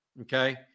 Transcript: Okay